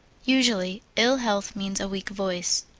usually, ill health means a weak voice,